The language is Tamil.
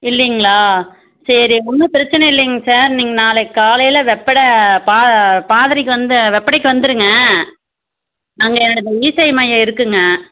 இல்லைங்களா சரி ஒன்றும் பிரச்சனை இல்லைங்க சார் நீங்கள் நாளைக்கு காலையில் வெப்பட பா பாதிரிக்கு வந்து வெப்படைக்கு வந்துருங்க நாங்கள் எங்கள் இ சேவை மையம் இருக்குதுங்க